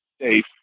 safe